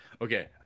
Okay